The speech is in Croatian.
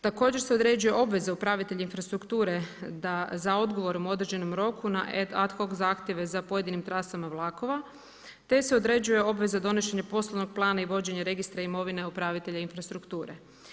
Također se određuje obveza upravitelja infrastrukture da za odgovorom u određenom roku na et ad hoc zahtjeve za pojedinim trasama vlakova te se određuje obveza donošenja poslovnog plana i vođenje registra imovine upravitelja infrastrukture.